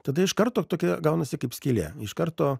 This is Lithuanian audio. tada iš karto tokia gaunasi kaip skylė iš karto